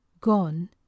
gone